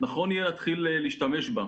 נכון יהיה להתחיל להשתמש בה,